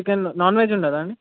chicken non veg ఉండదా అండి